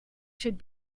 should